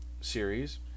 series